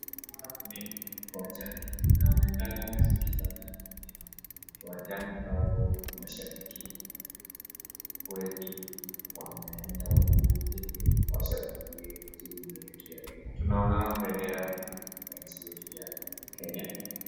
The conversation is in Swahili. Hapa ni uwanjani, inaonekana vizuri sana ambapo mashabiki wetu wameenda huku ili washabikie timu yetu ya Kenya, tunaona bendera yetu ya nchi ya Kenya.